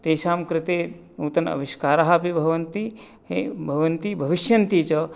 तेषां कृते नूतन आविष्कारः अपि भवन्ति भवन्ति भविष्यन्ति च